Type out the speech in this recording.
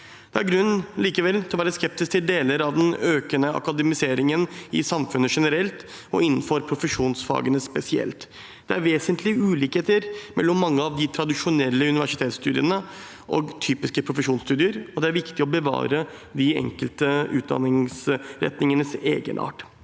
er det grunn til å være skeptisk til deler av den økende akademiseringen i samfunnet generelt og innenfor profesjonsfagene spesielt. Det er vesentlige ulikheter mellom mange av de tradisjonelle universitetsstudiene og typiske profesjonsstudier, og det er viktig å bevare de enkelte utdanningsretningenes egenart.